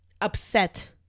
upset